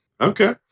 Okay